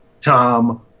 Tom